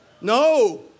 No